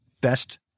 best